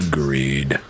Agreed